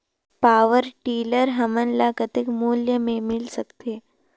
Power tiller हमन ल कतेक मूल्य मे मिल सकथे?